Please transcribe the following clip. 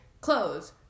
clothes